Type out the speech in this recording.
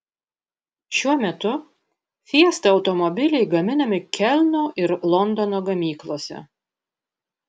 šiuo metu fiesta automobiliai gaminami kelno ir londono gamyklose